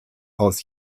aus